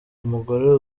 umugore